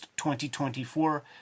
2024